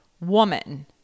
woman